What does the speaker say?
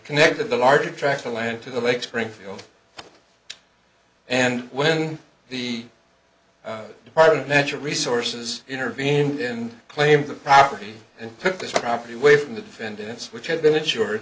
connected the large tract of land to the lake springfield and when the department natural resources intervened in claimed the property and put this property away from the defendants which had been insured